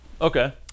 Okay